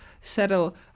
settle